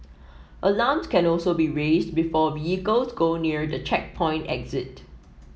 alarms can also be raised before vehicles go near the checkpoint exit